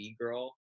girl